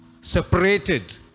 separated